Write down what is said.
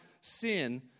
sin